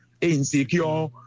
Insecure